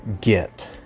get